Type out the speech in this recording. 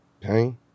Pain